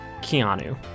Keanu